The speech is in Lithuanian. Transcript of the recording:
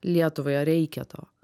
lietuvai ar reikia to